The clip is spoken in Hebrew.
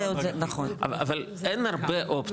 או שאתה עושה את זה --- אבל אין הרבה אופציות.